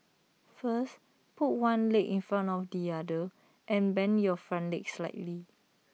first put one leg in front of the other and bend your front leg slightly